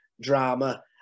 drama